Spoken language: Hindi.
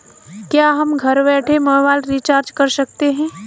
क्या हम घर बैठे मोबाइल रिचार्ज कर सकते हैं?